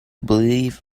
believe